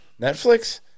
Netflix